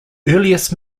earliest